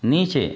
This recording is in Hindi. नीचे